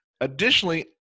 Additionally